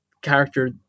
Character